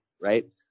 right